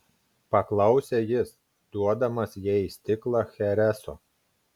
paklausė jis duodamas jai stiklą chereso